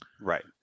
Right